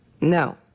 No